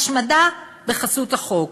השמדה בחסות החוק.